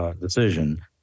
decision